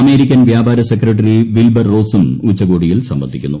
American വ്യാപാര secretary Wilbur റോസും ഉച്ചകോടിയിൽ സംബന്ധിക്കുന്നു